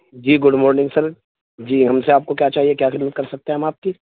جی good morning sir جی ہم سے آپ کو کیا چاہیے کیا خدمت کر سکتے ہیں ہم آپ کی